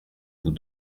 vous